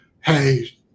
hey